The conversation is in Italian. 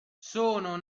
sono